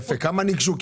כמה ניגשו?